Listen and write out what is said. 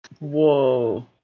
Whoa